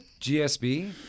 GSB